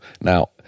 Now